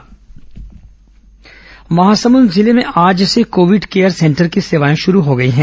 corona Mahasamund जिले में आज से कोविड केयर सेंटर की सेवाएं शुरू हो गई हैं